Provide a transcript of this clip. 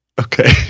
Okay